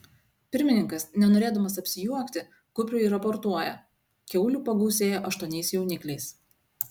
pirmininkas nenorėdamas apsijuokti kupriui raportuoja kiaulių pagausėjo aštuoniais jaunikliais